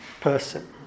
person